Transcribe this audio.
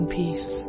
peace